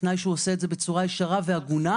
בתנאי שהוא עושה את זה בצורה ישירה והגונה.